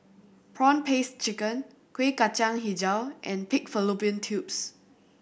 prawn paste chicken Kueh Kacang Hijau and pig fallopian tubes